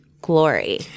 glory